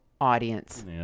audience